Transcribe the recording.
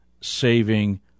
saving